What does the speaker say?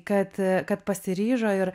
kad kad pasiryžo ir